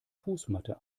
fußmatte